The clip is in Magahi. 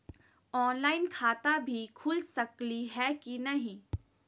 ऑनलाइन खाता भी खुल सकली है कि नही?